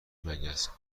مگس